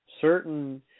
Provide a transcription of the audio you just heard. certain